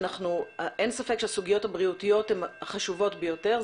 אין ספק שהסוגיות הבריאותיות הן החשובות ביותר,